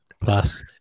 plus